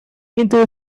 into